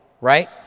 right